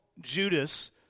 Judas